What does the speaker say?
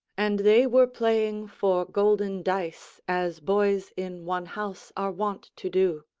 and they were playing for golden dice, as boys in one house are wont to do.